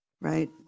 right